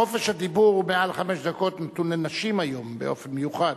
חופש הדיבור מעל חמש דקות נתון לנשים היום באופן מיוחד,